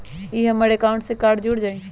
ई हमर अकाउंट से कार्ड जुर जाई?